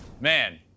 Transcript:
man